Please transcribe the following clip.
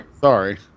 Sorry